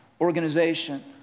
organization